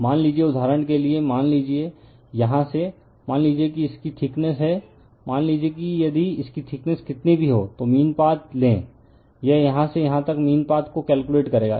मान लीजिए उदहारण के लिए मान लीजिए यहाँ से मान लीजिए कि इसकी थिकनेस है मान लीजिए कि यदि इसकी थिकनेस कितनी भी हो तो मीन पाथ लें यह यहाँ से यहाँ तक मीन पाथ को कैलकुलेट करेगा